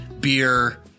beer